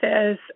says